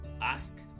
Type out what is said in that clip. ask